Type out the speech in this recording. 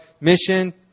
Mission